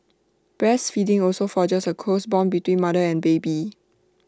breastfeeding also forges A close Bond between mother and baby